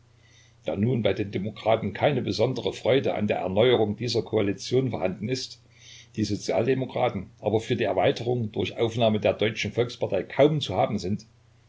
da nun bei den demokraten keine besondere freude an der erneuerung dieser koalition vorhanden ist die sozialdemokraten aber für die erweiterung durch aufnahme der deutschen volkspartei kaum zu haben sind